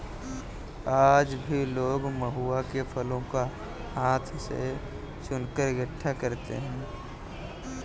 आज भी लोग महुआ के फलों को हाथ से चुनकर इकठ्ठा करते हैं